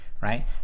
right